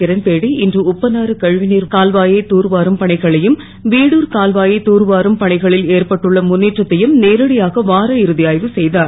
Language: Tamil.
கிரண்பேடி இன்று உப்பனாறு க வுநீர் கால்வாயை தூர்வாரும் பணிகளையும் வீடூர் கால்வாயை தூர்வாரும் பணிகளில் ஏற்பட்டுள்ள முன்னேற்றத்தையும் நேரடியாக வார இறு ஆ வு செ தார்